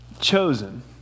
chosen